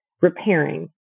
Repairing